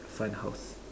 fun house